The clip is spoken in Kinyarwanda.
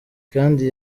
kandi